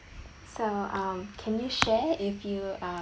so um can you share if you um